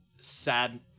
sad